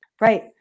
right